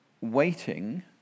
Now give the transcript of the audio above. waiting